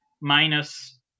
minus